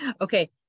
Okay